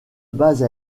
base